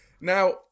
Now